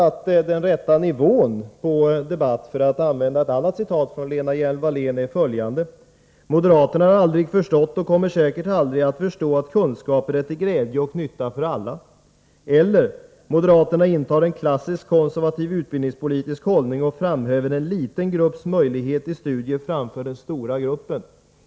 att den rätta nivån på en debatt — för att använda ett annat citat från Lena Hjelm-Wallén — är följande: ”Moderaterna har aldrig förstått, och kommer säkert heller aldrig att förstå, att kunskaper är till glädje och nytta för alla.” Eller att moderaterna ”intar en klassisk konservativ utbildningspolitisk hållning och framhäver en liten grupps möjlighet till studier framför den stora gruppen”.